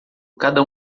cada